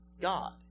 god